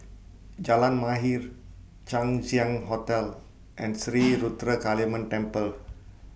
Jalan Mahir Chang Ziang Hotel and Sri Ruthra Kaliamman Temple